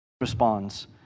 Responds